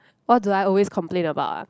what do I always complain about ah